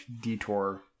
detour